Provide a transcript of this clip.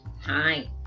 Hi